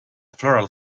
floral